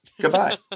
Goodbye